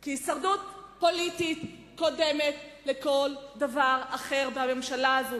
כי הישרדות פוליטית קודמת לכל דבר אחר בממשלה הזאת.